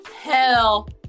Hell